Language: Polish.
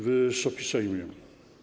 Wysoki Sejmie!